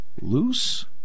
loose